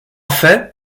fait